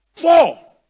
Four